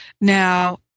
Now